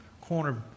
corner